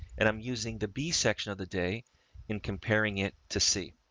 and i'm using the b section of the day and comparing it to c.